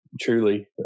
truly